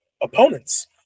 opponents